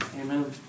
Amen